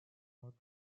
north